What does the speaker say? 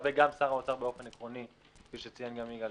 שר האוצר באופן עקרוני, כפי שציין גם יגאל